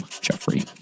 Jeffrey